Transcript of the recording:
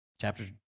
Chapter